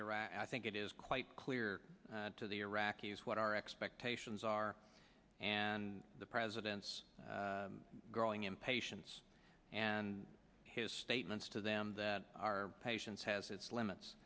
iraq i think it is quite clear to the iraqis what our expectations are and the president growing impatience and his statements to them that our patience has its limits